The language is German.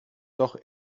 doch